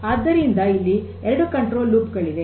ಆದ್ದರಿಂದ ಇಲ್ಲಿ ಎರಡು ನಿಯಂತ್ರಣ ಲೂಪ್ ಗಳಿವೆ